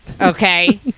Okay